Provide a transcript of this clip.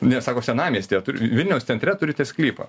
ne sako senamiestyje vilniaus centre turite sklypą